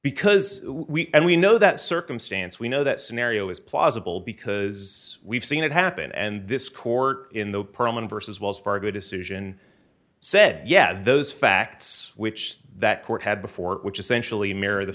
because we and we know that circumstance we know that scenario is plausible because we've seen it happen and this court in the perlman vs wells fargo decision said yes those facts which that court had before which essentially